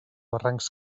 barrancs